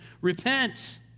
Repent